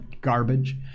garbage